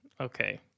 okay